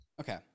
okay